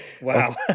Wow